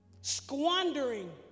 Squandering